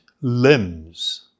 limbs